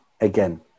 again